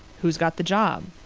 who's got the job?